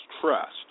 trust